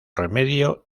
remedio